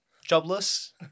jobless